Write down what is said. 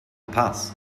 paz